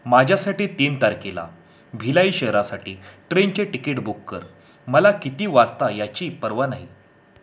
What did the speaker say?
माझ्यासाठी तीन तारखेला भिलाई शहरासाठी ट्रेनचे तिकीट बुक कर मला किती वाजता याची परवा नाही